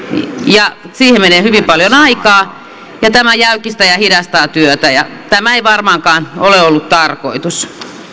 ja siihen menee hyvin paljon aikaa ja tämä jäykistää ja hidastaa työtä ja tämä ei varmaankaan ole ollut tarkoitus